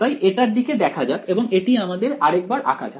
তাই এটার দিকে দেখা যাক এবং এটি আমাদের আরেকবার আঁকা যাক